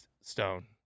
Stone